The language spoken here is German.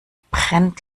brennt